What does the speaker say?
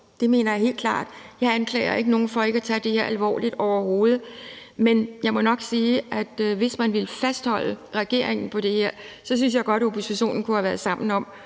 det mener jeg helt klart. Jeg anklager ikke nogen overhovedet for ikke at tage det her alvorligt, men jeg må nok sige, at hvis man vil fastholde regeringen på det her, synes jeg godt oppositionen kunne have stået sammen om